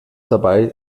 dabei